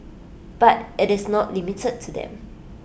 but IT is not limited to them